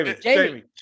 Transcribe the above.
Jamie